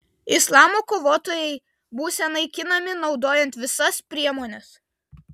islamo kovotojai būsią naikinami naudojant visas priemones